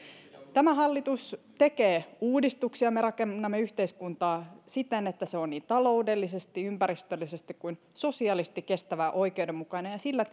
tämä hallitus tekee uudistuksia me rakennamme yhteiskuntaa siten että se on niin taloudellisesti ympäristöllisesti kuin sosiaalisesti kestävä ja oikeudenmukainen ja sillä